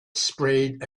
sprayed